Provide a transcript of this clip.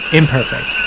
imperfect